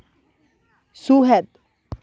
ᱥᱩᱦᱮᱫ